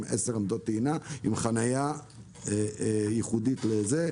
עשר עמדות טעינה עם חניה ייחודית לזה,